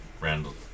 Randall